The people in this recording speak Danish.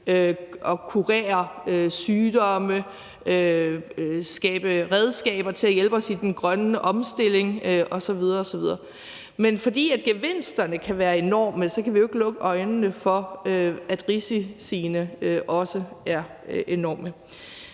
at kurere sygdomme, skabe redskaber til at hjælpe os i den grønne omstilling osv. osv., væk. Men fordi gevinsterne kan være enorme, kan vi jo ikke lukke øjnene for, at risiciene også er enorme.